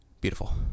Beautiful